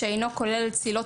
שאינו כולל צלילות